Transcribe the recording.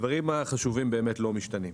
הדברים החשובים באמת לא משתנים,